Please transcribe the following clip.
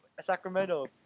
Sacramento